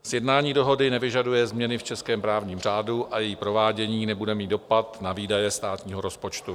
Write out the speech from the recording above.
Sjednání dohody nevyžaduje změny v českém právním řádu a její provádění nebude mít dopad na výdaje státního rozpočtu.